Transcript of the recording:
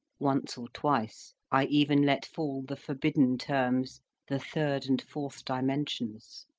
once or twice i even let fall the forbidden terms the third and fourth dimensions.